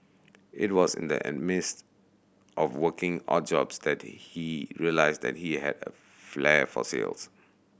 it was in the an midst of working odd jobs that he realised that he had a flair for sales